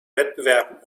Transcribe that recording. wettbewerben